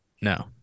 No